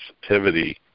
sensitivity